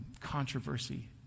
controversy